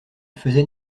faisait